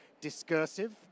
discursive